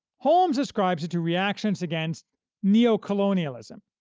holmes ascribes it to reactions against neocolonialism,